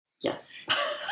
Yes